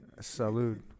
Salute